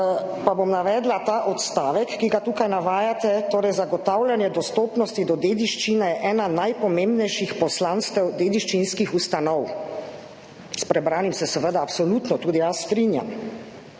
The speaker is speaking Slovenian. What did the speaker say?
Pa bom navedla ta odstavek, ki ga tukaj navajate: »Zagotavljanje dostopnosti do dediščine je eno najpomembnejših poslanstev dediščinskih ustanov.« S prebranim se seveda absolutno tudi jaz strinjam.